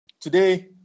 Today